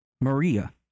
Maria